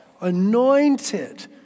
anointed